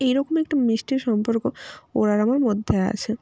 এই রকমই একটা মিষ্টি সম্পর্ক ওর আর আমার মধ্যে আছে